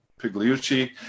Pigliucci